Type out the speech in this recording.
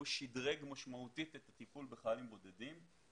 הוא שדרג משמעותית את הטיפול בחיילים בודדים.